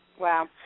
Wow